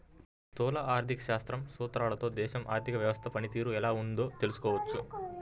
స్థూల ఆర్థిక శాస్త్రం సూత్రాలతో దేశంలో ఆర్థిక వ్యవస్థ పనితీరు ఎలా ఉందో తెలుసుకోవచ్చు